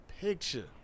picture